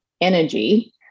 energy